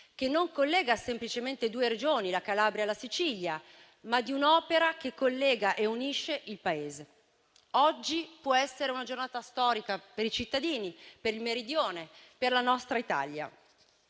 che non collega semplicemente due Regioni, la Calabria e la Sicilia, ma collega e unisce il Paese. Oggi può essere una giornata storica per i cittadini, per il Meridione e per la nostra Italia.